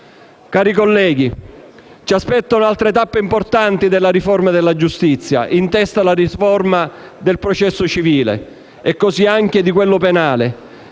Cari colleghi, ci aspettano altre tappe importanti della riforma della giustizia, in testa la riforma del processo civile, di quello penale